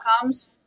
outcomes